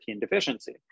deficiency